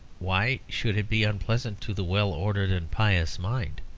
why should it be unpleasant to the well-ordered and pious mind?